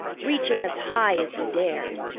reaching as high as he dared!